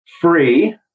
free